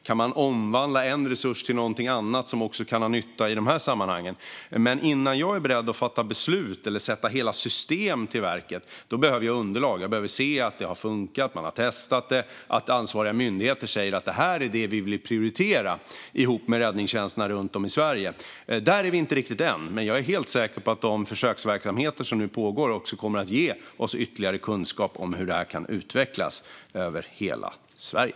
Kan man omvandla en resurs till något annat som också kan vara till nytta i de här sammanhangen? Men innan jag är beredd att fatta beslut eller sätta hela system i verket behöver jag underlag. Jag behöver se att man har testat det, att det har fungerat och att ansvariga myndigheter säger att det är vad de ihop med räddningstjänsterna runt om i Sverige vill prioritera. Där är vi inte riktigt än. Men jag är helt säker på att de försöksverksamheter som nu pågår också kommer att ge oss ytterligare kunskaper om hur det kan utvecklas över hela Sverige.